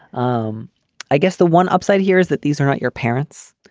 um i guess the one upside here is that these are not your parents.